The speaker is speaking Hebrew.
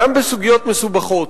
גם בסוגיות מסובכות,